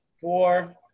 four